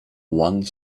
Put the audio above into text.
one